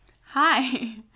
Hi